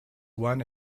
won